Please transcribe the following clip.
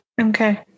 Okay